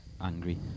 angry